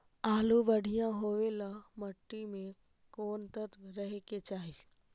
आलु बढ़िया होबे ल मट्टी में कोन तत्त्व रहे के चाही?